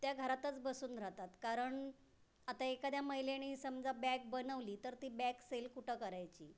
त्या घरातच बसून राहतात कारण आता एखाद्या महिलेने समजा बॅग बनवली तर ती बॅग सेल कुठं करायची